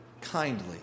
kindly